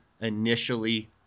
initially